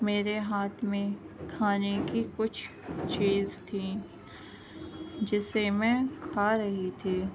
میرے ہاتھ میں کھانے کی کچھ چیز تھیں جسے میں کھا رہی تھی